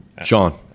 sean